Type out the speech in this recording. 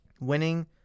Winning